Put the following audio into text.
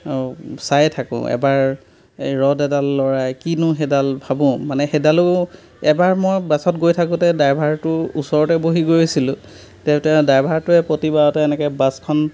চায়ে থাকোঁ এবাৰ এই ৰড এডাল লৰাই কিনো সেইডাল ভাবোঁ মানে সেইডালো এবাৰ মই বাছত গৈ থাকোঁতে ড্ৰাইভাৰটোৰ ওচৰতে বহি গৈ আছিলোঁ তেওঁ তেওঁ ড্ৰাইভাৰটোৱে প্ৰতিবাৰতে এনেকৈ বাছখন